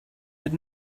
had